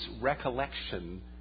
recollection